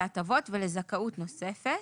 להטבות ולזכאות נוספת".